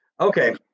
Okay